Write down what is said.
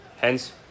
Hence